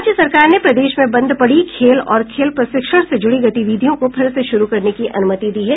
राज्य सरकार ने प्रदेश में बंद पड़ी खेल और खेल प्रशिक्षण से जुड़ी गतिविधियों को फिर से शुरू करने की अनुमति दी है